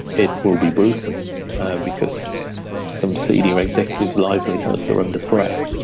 it will be brutal because some senior executives' livelihoods are under threat.